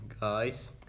guys